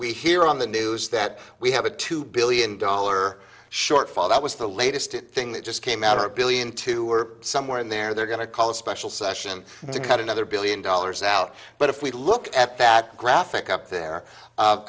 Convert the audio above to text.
we hear on the news that we have a two billion dollar shortfall that was the latest thing that just came out or a billion to or somewhere in there they're going to call a special session to cut another billion dollars out but if we look at that graphic up there